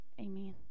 Amen